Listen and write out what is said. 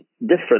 different